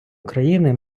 україни